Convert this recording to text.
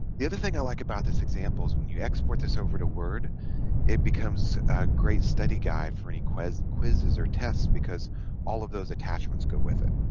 the other thing i like about this example is when you export this over to word it becomes a great study guy for any quest quizzes or tests because all of those attachments go with it